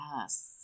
Yes